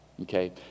Okay